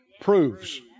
proves